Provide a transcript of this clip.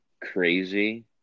crazy